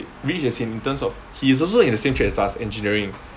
rich as in terms of he is also in the same trade as us engineering